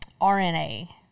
RNA